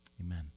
amen